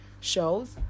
shows